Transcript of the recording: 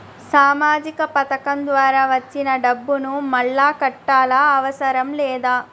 సామాజిక పథకం ద్వారా వచ్చిన డబ్బును మళ్ళా కట్టాలా అవసరం లేదా?